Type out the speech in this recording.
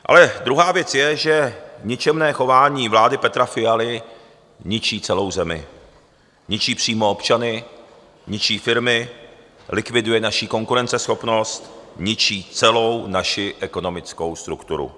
Ale druhá věc je, že ničemné chování vlády Petra Fialy ničí celou zemi, ničí přímo občany, ničí firmy, likviduje naši konkurenceschopnost, ničí celou naši ekonomickou strukturu.